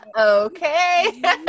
Okay